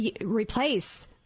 replace